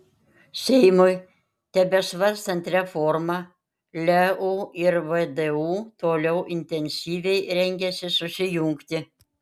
seimui tebesvarstant reformą leu ir vdu toliau intensyviai rengiasi susijungti